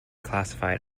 classified